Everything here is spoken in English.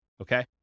Okay